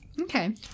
Okay